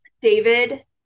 David